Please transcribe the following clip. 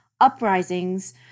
uprisings